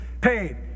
paid